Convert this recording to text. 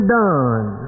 done